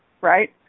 right